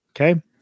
Okay